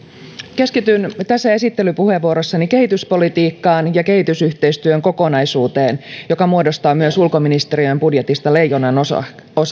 keskityn tässä esittelypuheenvuorossani kehityspolitiikkaan ja kehitysyhteistyön kokonaisuuteen joka muodostaa myös ulkoministeriön budjetista leijonanosan